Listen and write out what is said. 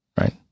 Right